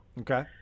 Okay